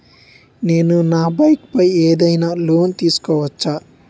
నేను నా బైక్ పై ఏదైనా లోన్ తీసుకోవచ్చా?